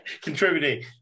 Contributing